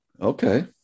Okay